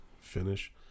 finish